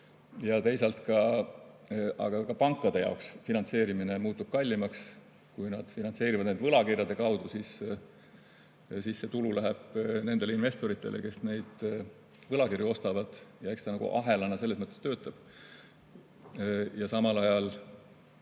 Aga teisalt muutub pankade jaoks finantseerimine kallimaks. Kui nad finantseerivad nende võlakirjade kaudu, siis tulu läheb nendele investoritele, kes neid võlakirju ostavad. Eks ta nagu ahelana selles mõttes töötab. Ja samal ajal